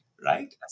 right